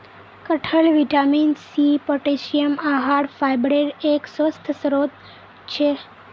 कटहल vitamin C, potassium, आहार फाइबरेर एक स्वस्थ स्रोत छे